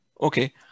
Okay